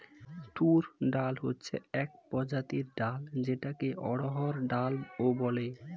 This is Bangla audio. তুর ডাল হচ্ছে এক প্রজাতির ডাল যেটাকে অড়হর ডাল ও বলে